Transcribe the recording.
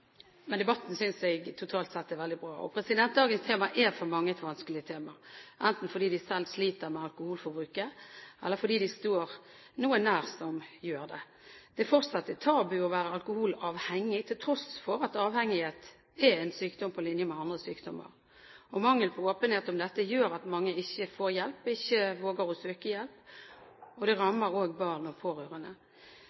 Men debatten synes jeg totalt sett er veldig bra. Dagens tema er for mange et vanskelig tema, enten fordi de selv sliter med alkoholforbruket, eller fordi de står noen nær som gjør det. Det er fortsatt et tabu å være alkoholavhengig, til tross for at avhengighet er en sykdom på linje med andre sykdommer. Mangelen på åpenhet om dette gjør at mange ikke får hjelp, og ikke våger å søke hjelp. Det rammer også barn og